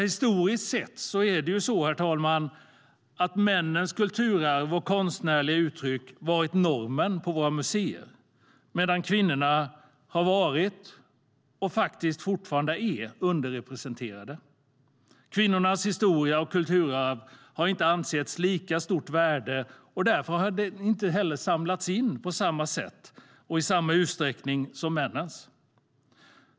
Historiskt sett är det nämligen så, herr talman, att männens kulturarv och konstnärliga uttryck har varit normen på våra museer, medan kvinnorna har varit - och faktiskt fortfarande är - underrepresenterade. Kvinnornas historia och kulturarv har inte ansetts ha lika stort värde, och därför har det inte heller samlats in i samma utsträckning som männens.